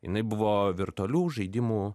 jinai buvo virtualių žaidimų